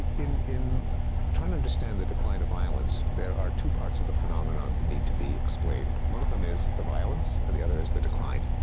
in in trying to understand the decline of violence, there are two parts of the phenomenon that need to be explained. one of them is the violence, and the other is the decline.